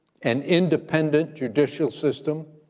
an independent judicial system,